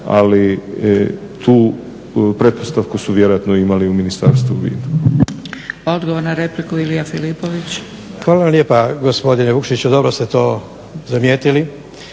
Ali tu pretpostavku su vjerojatno imali u ministarstvu u vidu.